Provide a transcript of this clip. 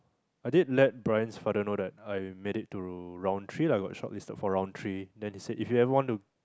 I did let Bryan's father know that I made it to round three lah got shortlisted for round three then he said if you want to